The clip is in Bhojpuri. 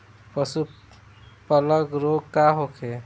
पशु प्लग रोग का होखे?